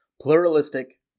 pluralistic